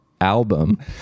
album